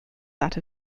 that